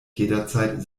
jederzeit